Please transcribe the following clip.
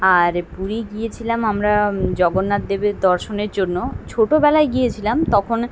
আর পুরী গিয়েছিলাম আমরা জগন্নাথ দেবের দর্শনের জন্য ছোটোবেলায় গিয়েছিলাম তখন